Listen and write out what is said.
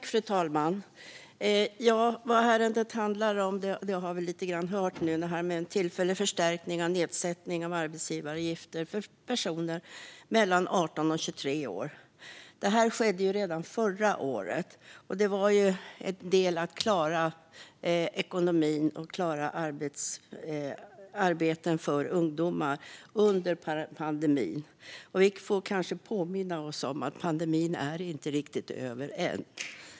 Fru talman! Vad ärendet handlar om har vi hört: en tillfällig förstärkning av nedsättningen av arbetsgivaravgifter för personer mellan 18 och 23 år. Det här skedde ju redan förra året. Det var en del i att klara ekonomin och att klara arbeten för ungdomar under pandemin. Vi får kanske påminna oss om att pandemin inte är riktigt över än.